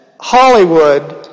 Hollywood